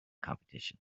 competition